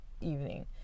evening